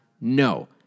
No